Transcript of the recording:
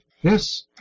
Yes